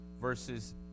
verses